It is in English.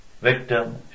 Victim